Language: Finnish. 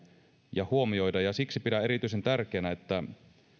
ja huomioida siksi pidän erityisen tärkeänä että